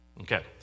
Okay